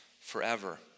forever